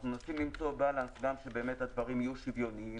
אנחנו מנסים למצוא איזון גם שבאמת הדברים יהיו שוויוניים